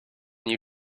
new